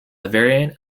variant